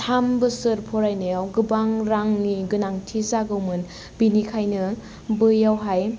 थाम बोसोर फरायनायाव गोबां रांनि गोनांथि जागौमोन बिनिखायनो बैयावहाय